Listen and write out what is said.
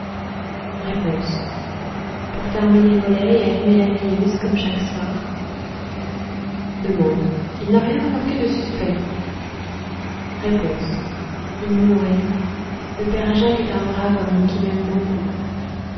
pour fermer les volets et allumer la veilleuse comme chaque soir d il n'a rien remarqué de suspect r il nous l'aurait dit le père jacques est un brave homme qui m'aime beaucoup